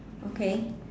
okay